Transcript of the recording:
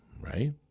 right